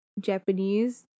Japanese